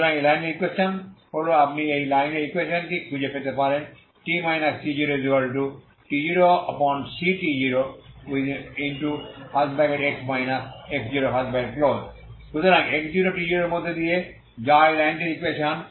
সুতরাং এই লাইনের ইকুয়েশন হল আপনি এই লাইনের এই ইকুয়েশন টি খুঁজে পেতে পারেন t t0t0c t0 সুতরাং x0 t0 এর মধ্য দিয়ে যাওয়া একটি লাইনের ইকুয়েশন